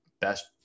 best